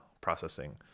processing